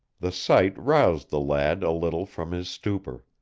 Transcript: the sight roused the lad a little from his stupor.